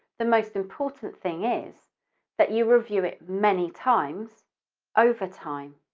the most important thing is that you review it many times over time.